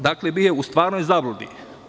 Dakle, bio je u stvarnoj zabludi.